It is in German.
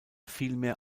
vielmehr